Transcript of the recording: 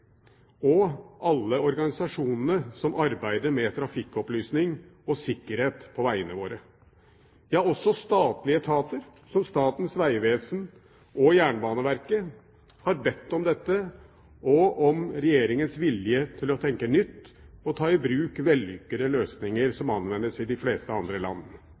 og alle organisasjonene som arbeider med trafikkopplysning og sikkerhet på vegene våre. Også statlige etater som Statens vegvesen og Jernbaneverket har bedt om dette og om Regjeringens vilje til å tenke nytt og ta i bruk vellykkede løsninger som anvendes i de fleste andre land.